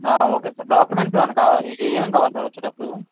okay sir documents ఏమన్నా కావాలా ఏమేం కావాలి సార్ వచ్చేటప్పుడు